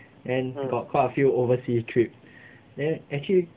then got quite a few overseas trip then actually